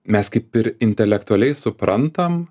mes kaip ir intelektualiai suprantam